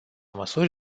măsuri